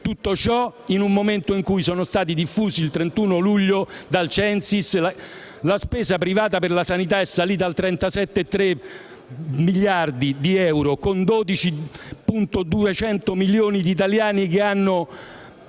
Tutto ciò in un momento in cui - sono dati diffusi il 31 luglio dal Censis - la spesa privata per la sanità è salita a 37,3 miliardi di euro, con 12,2 milioni di italiani che hanno